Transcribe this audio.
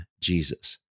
Jesus